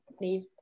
leave